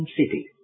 city